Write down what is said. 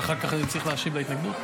ואחר כך אני צריך להשיב להתנגדות?